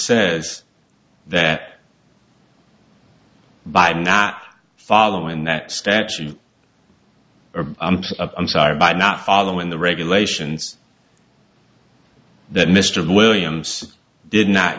says that by not following that statute or i'm sorry by not following the regulations that mr williams did not